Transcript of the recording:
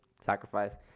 Sacrifice